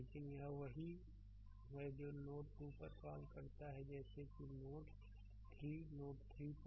लेकिन यह वही है जो नोड 2 पर कॉल करता है जैसे नोड नोड 3 नोड 3 पर